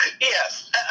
Yes